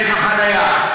דרך החניה.